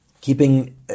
keeping